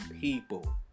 people